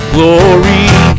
Glory